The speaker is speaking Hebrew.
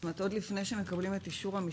זאת אומרת: עוד לפני שמקבלים את אישור המשטרה,